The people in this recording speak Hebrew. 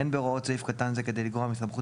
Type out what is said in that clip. אין בהוראות סעיף קטן זה כדי לגרוע מסמכות